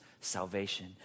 salvation